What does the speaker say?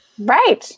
Right